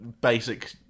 basic